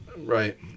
Right